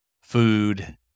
food